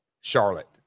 Charlotte